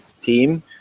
team